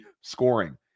scoring